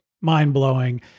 mind-blowing